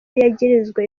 yagirizwa